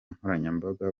nkoranyambaga